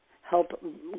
help